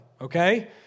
Okay